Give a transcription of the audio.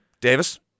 Davis